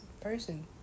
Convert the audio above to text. person